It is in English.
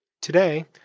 Today